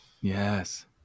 Yes